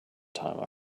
time